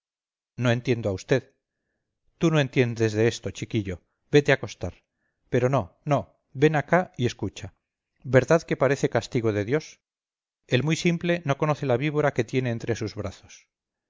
no entiendo a vd tú no entiendes de esto chiquillo vete a acostar pero no no ven acá y escucha verdad que parece castigo de dios el muy simple no conoce la víbora que tiene entre sus brazos